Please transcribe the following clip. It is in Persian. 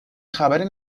خبری